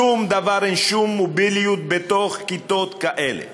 שום דבר, אין שום מוביליות בתוך כיתות כאלה.